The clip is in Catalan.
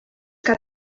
que